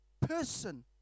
person